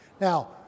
Now